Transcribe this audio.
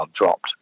dropped